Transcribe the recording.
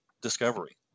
discovery